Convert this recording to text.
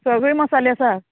सगळे मसाले आसा